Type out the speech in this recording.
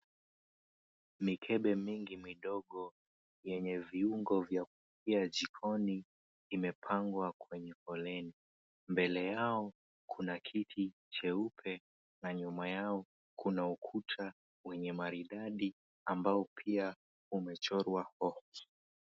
Mikebe mingi midogo yenye viungo vya kupikia jikoni imepangwa kwenye foleni. Mbele yao kuna kiti cheupe, na nyuma yao kuna ukuta wenye maridadi ambao pia umechorwa hoho.